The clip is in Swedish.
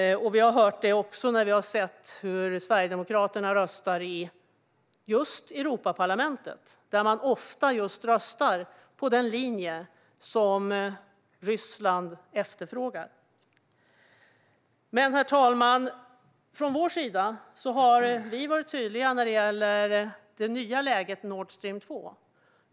Vi har också märkt det när vi har sett hur Sverigedemokraterna röstar i just Europaparlamentet. Där röstar de ofta på den linje som Ryssland efterfrågar. Herr talman! Från vår sida har vi varit tydliga när det gäller det nya läget för Nordstream 2.